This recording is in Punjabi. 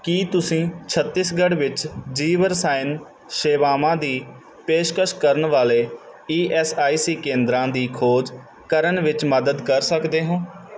ਕੀ ਤੁਸੀਂ ਛੱਤੀਸਗੜ੍ਹ ਵਿੱਚ ਜੀਵ ਰਸਾਇਣ ਸੇਵਾਵਾਂ ਦੀ ਪੇਸ਼ਕਸ਼ ਕਰਨ ਵਾਲੇ ਈ ਐੱਸ ਆਈ ਸੀ ਕੇਂਦਰਾਂ ਦੀ ਖੋਜ ਕਰਨ ਵਿੱਚ ਮਦਦ ਕਰ ਸਕਦੇ ਹੋ